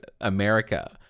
America